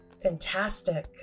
fantastic